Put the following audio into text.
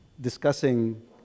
discussing